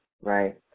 right